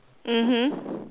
mmhmm